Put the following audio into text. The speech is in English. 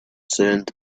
sound